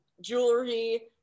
jewelry